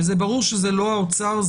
וברור שזה לא האוצר,